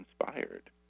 inspired